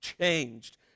changed